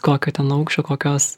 kokio ten aukščio kokios